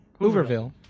hooverville